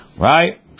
Right